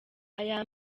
aya